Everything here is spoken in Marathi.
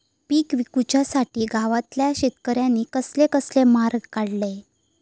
पीक विकुच्यासाठी गावातल्या शेतकऱ्यांनी कसले कसले मार्ग काढले?